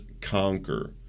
conquer